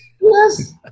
Yes